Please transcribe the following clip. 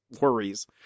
worries